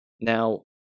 Now